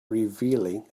revealing